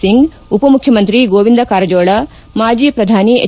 ಸಿಂಗ್ ಉಪಮುಖ್ಯಮಂತ್ರಿ ಗೋವಿಂದ ಕಾರಜೋಳ ಮಾಜಿ ಪ್ರಧಾನಿ ಎಚ್